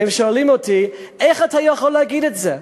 הם שואלים אותי: איך אתה יכול להגיד את זה?